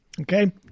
Okay